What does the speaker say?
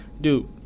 Dude